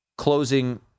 Closing